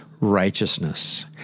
righteousness